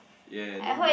yeah don't bla~